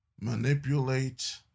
manipulate